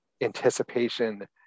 anticipation